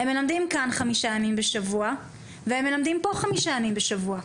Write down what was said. הם מלמדים כאן חמישה ימים בשבוע והם מלמדים פה חמישה ימים בשבוע.